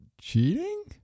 cheating